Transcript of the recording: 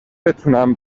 بتونم